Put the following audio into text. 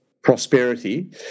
prosperity